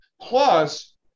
Plus